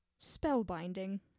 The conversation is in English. Spellbinding